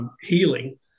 healing